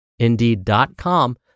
Indeed.com